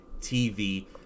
TV